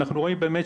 אנחנו רואים באמת,